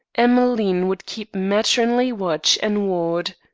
emmeline would keep matronly watch and ward.